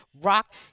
rock